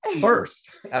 first